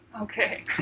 Okay